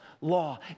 law